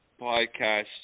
podcast